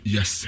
Yes